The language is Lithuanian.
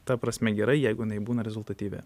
ta prasme gerai jeigu jinai būna rezultatyvi